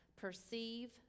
perceive